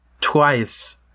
twice